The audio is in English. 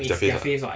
their face ah